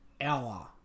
hour